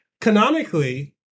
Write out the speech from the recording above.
canonically